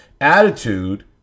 attitude